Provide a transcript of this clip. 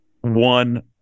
one